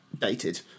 dated